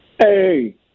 Hey